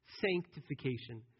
sanctification